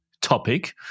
topic